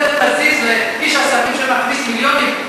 זה מזיז לאיש עסקים שמכניס מיליונים?